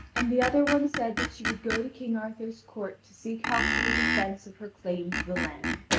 and the other one said that she would go to king arthur's court to seek help for the defence of her claim to the land.